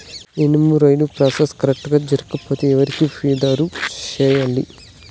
insurance process correct గా జరగకపోతే ఎవరికి ఫిర్యాదు సేయాలి